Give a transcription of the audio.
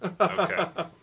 Okay